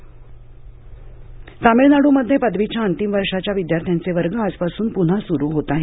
तामिळनाड् तामिळनाडूमध्ये पदवीच्या अंतिम वर्षाच्या विद्यार्थ्यांचे वर्ग आजपासून पुन्हा सुरु होत आहेत